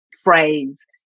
phrase